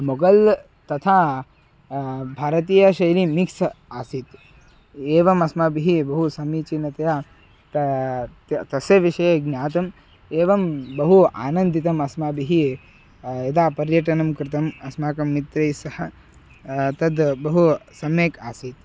मोगल् तथा भारतीयशैली मिक्स् आसीत् एवम् अस्माभिः बहु समीचीनतया ता तस्य विषये ज्ञातम् एवं बहु आनन्दितम् अस्माभिः यदा पर्यटनं कृतम् अस्माकं मित्रैः सह तद् बहु सम्यक् आसीत्